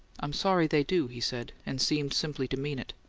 i'm sorry they do, he said, and seemed simply to mean it.